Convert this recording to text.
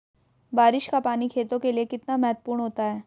बारिश का पानी खेतों के लिये कितना महत्वपूर्ण होता है?